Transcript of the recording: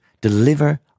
deliver